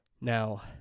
Now